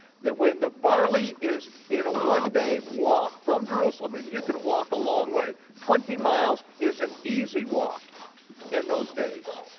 that when the barley is in a one day walk from jerusalem and you can walk a long way, twenty miles is an easy walk in those days.